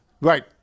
Right